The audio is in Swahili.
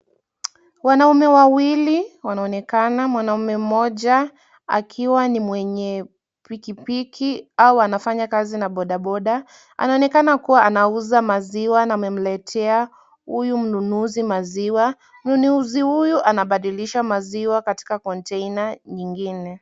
Wanaume wawili wanaonekana, mwanaume mmoja akiwa ni mwenye pikipiki au anafanya kazi na bodaboda. Anaonekana kuwa anauza maziwa na amemletea huyu mnunuzi maziwa. Mnunuzi huyu anabadilisha maziwa katika konteina nyingine.